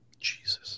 Jesus